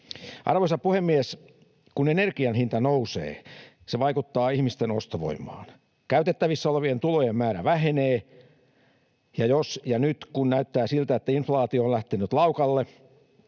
Arvoisa puhemies! Kun energianhinta nousee, se vaikuttaa ihmisten ostovoimaan. Käytettävissä olevien tulojen määrä vähenee, ja jos, ja nyt näyttää siltä, että kun inflaatio on lähtenyt laukalle,